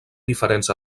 diferents